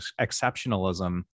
exceptionalism